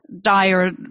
dire